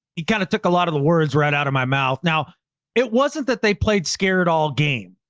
he kind of took a lot of the words right out of my mouth. now it wasn't that they played scared all game.